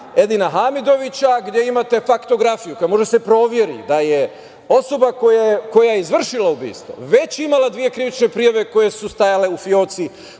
Edina Hamidovića gde imate faktografiju, samo da se proveri da je osoba koja je izvršila ubistvo već imala dve krivične prijave koje su stajale u fioci